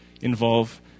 involve